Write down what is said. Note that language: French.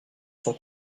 sont